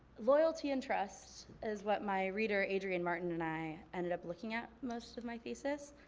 loyalty and trust is what my reader, adrian martin and i ended up looking at most of my thesis.